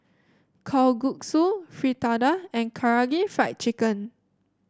Kalguksu Fritada and Karaage Fried Chicken